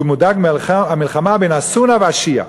והוא מודאג מהמלחמה בין הסונה והשיעה,